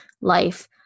life